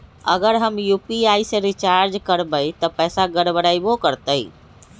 अगर हम यू.पी.आई से रिचार्ज करबै त पैसा गड़बड़ाई वो करतई?